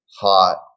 hot